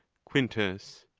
quintus.